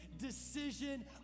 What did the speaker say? decision